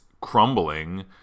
crumbling